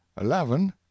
eleven